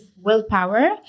willpower